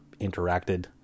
interacted